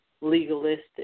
legalistic